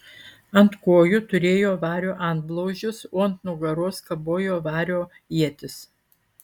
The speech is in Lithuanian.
ant kojų turėjo vario antblauzdžius o ant nugaros kabojo vario ietis